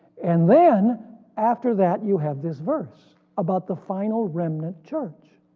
and then after that you have this verse about the final remnant church,